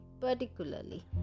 particularly